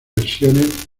versiones